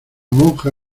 monja